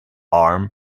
arm